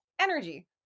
energy